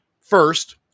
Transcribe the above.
First